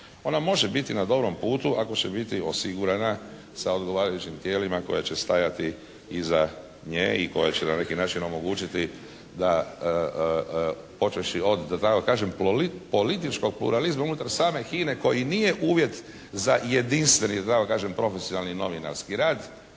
Ona može biti na dobrom putu ako će biti osigurana sa odgovarajućim tijelima koja će stajati iza nje i koja će na neki način omogućiti da počevši od, da tako kažem političkog pluralizma unutar same HINA-e koji i nije uvjet za jedinstveni da tako kažem profesionalni, novinarski rad.